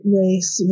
race